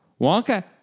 Wonka